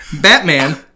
Batman